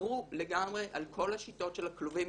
אסרו לגמרי על כל השיטות של הכלובים,